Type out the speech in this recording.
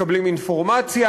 מקבלים אינפורמציה,